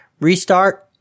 restart